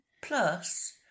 Plus